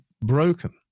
broken